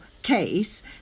Case